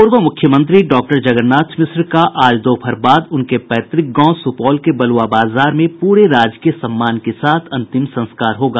पूर्व मुख्यमंत्री डॉक्टर जगन्नाथ मिश्र का आज दोपहर बाद उनके पैतृक गांव सुपौल के बलुआ बाजार में पूरे राजकीय सम्मान के साथ अंतिम संस्कार होगा